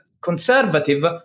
conservative